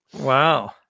Wow